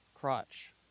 Crotch